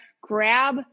grab